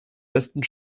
besten